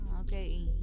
okay